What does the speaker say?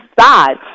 side